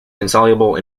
insoluble